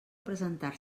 presentar